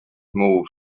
moved